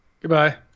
goodbye